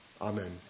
amen